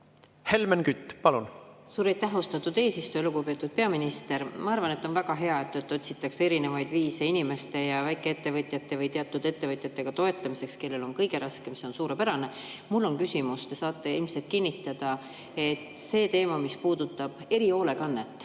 Helmen Kütt, palun! Suur aitäh, austatud eesistuja! Lugupeetud peaminister! Ma arvan, et on väga hea, et otsitakse erinevaid viise inimeste ja väikeettevõtjate või teatud ettevõtjate toetamiseks, kellel on kõige raskem. See on suurepärane. Mul on küsimus teema kohta, mis puudutab erihoolekannet